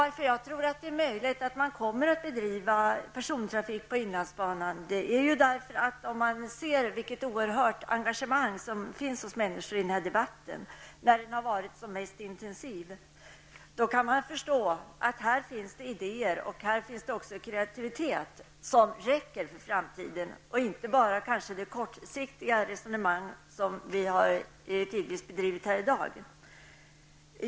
Att jag tror att det kommer att bli möjligt att bedriva persontrafik på inlandsbanan beror på det oerhörda engagemang som finns hos människor i den här debatten, när den har varit som mest intensiv. Här finns det idéer, och här finns det kreativitet som räcker för framtiden, inte bara det kortsiktiga resonemang som vi tidvis har fört här i dag.